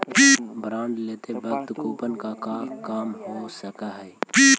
bond लेते वक्त coupon का क्या काम हो सकलई हे